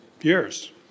years